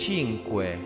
Cinque